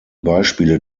beispiele